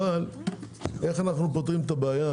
אך איך אנו פותרים את הבעיה